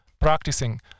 practicing